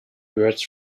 words